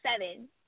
seven